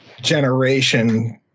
generation